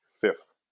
fifth